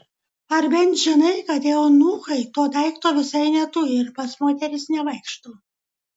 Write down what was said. ar bent žinai kad eunuchai to daikto visai neturi ir pas moteris nevaikšto